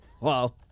Wow